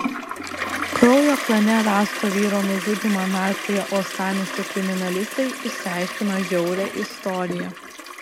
kraujo klane rasto vyro nužudymą narplioję uostamiesčio kriminalistai išsiaiškino žiaurią istoriją